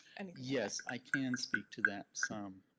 and yes, i can speak to that some.